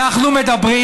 אנחנו מדברים,